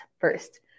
first